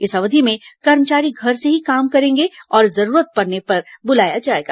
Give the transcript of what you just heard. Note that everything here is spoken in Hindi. इस अवधि में कर्मचारी घर से ही काम करेंगे और जरूरत पड़ने पर बुलाया जाएगा